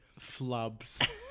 Flubs